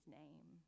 name